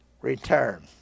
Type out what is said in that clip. return